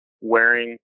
wearing